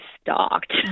stalked